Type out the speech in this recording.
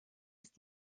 ist